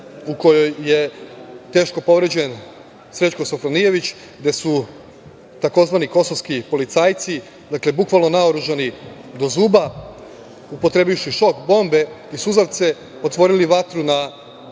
u kojoj je teško povređen Srećko Sofronijević, gde su tzv. kosovski policajci, bukvalno naoružani do zuba, upotrebivši šok bombe i suzavce, otvorili vatru na